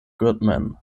goodman